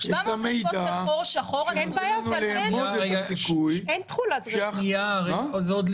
יש לה מידע שהוא נותן לנו לאמוד את הסיכוי --- 700 ערכות בחור שחור,